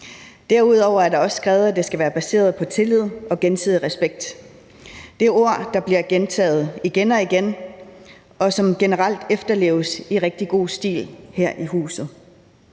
Derudover står der også, at det skal være baseret på tillid og gensidig respekt. Det er ord, der bliver gentaget igen og igen, og som generelt efterleves i rigtig god stil her i huset.